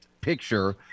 picture –